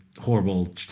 horrible